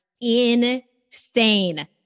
insane